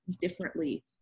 differently